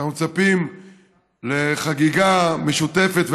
כשאנחנו מצפים לחגיגה משותפת,